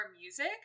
music